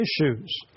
issues